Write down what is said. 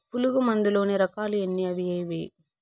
పులుగు మందు లోని రకాల ఎన్ని అవి ఏవి?